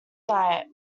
diet